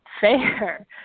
fair